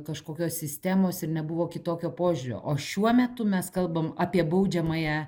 kažkokios sistemos ir nebuvo kitokio požiūrio o šiuo metu mes kalbam apie baudžiamąją